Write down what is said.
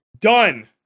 Done